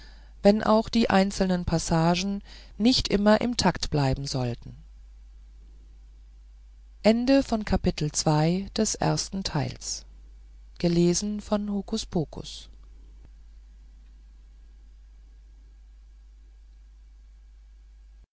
wenn auch die einzelnen passagen nicht immer im takt bleiben sollten